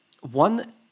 one